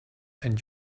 and